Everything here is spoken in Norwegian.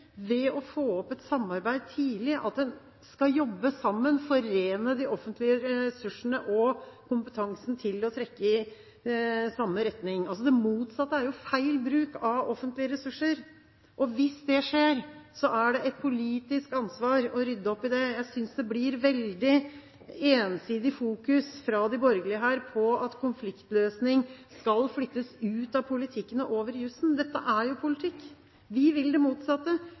ved å få opp et samarbeid tidlig – en skal jobbe sammen, forene de offentlige ressursene og kompetansen til å trekke i samme retning. Det motsatte er feil bruk av offentlige ressurser. Hvis det skjer, er det et politisk ansvar å rydde opp i det. Jeg synes det her blir en veldig ensidig fokusering fra de borgerlige på at konfliktløsning skal flyttes ut av politikken og over i jusen – dette er jo politikk. Vi vil det motsatte.